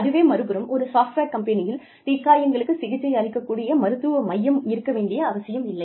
அதுவே மறுபுறம் ஒரு சாஃப்ட்வேர் கம்பெனியில் தீ காயங்களுக்கு சிகிச்சை அளிக்கக் கூடிய மருத்துவ மையம் இருக்க வேண்டிய அவசியமில்லை